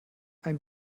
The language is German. ein